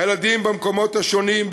הילדים במקומות השונים,